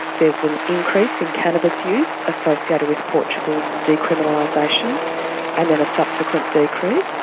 there's an increase in cannabis use associated with portugal's decriminalisation and then a subsequent decrease.